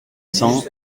cents